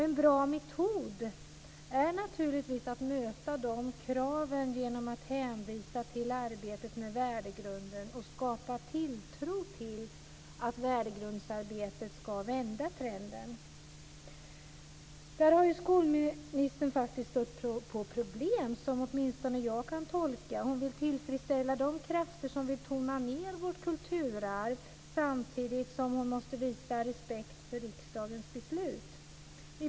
En bra metod att möta dessa krav är naturligtvis att hänvisa till arbetet med värdegrunden och skapa tilltro till att värdegrundsarbetet ska vända trenden. Som jag kan tolka det har skolministern faktiskt stött på problem. Hon vill tillfredsställa de krafter som vill tona ned vårt kulturarv samtidigt som hon måste visa respekt för riksdagens beslut.